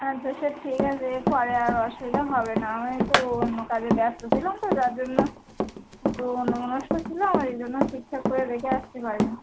হ্যাঁ সে সব ঠিক আছে এরপরে আর অসুবিধা হবে না আমি একটু অন্য কাজে ব্যস্ত ছিলাম তো যার জন্য একটু অন্যমনস্ক ছিলাম আর এই জন্য ঠিকঠাক করে রেখে আসতে পারি নি